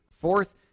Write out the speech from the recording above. Fourth